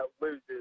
loses